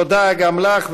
תודה גם לך,